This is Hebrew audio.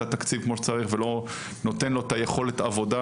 התקציב כפי שצריך ולא נותן לו יכולת לעבודה,